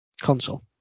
console